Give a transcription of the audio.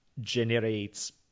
generates